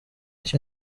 icyo